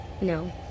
No